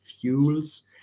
fuels